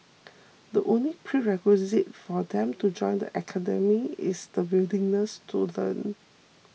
the only prerequisite for them to join the academy is the willingness to learn